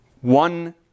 one